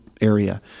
area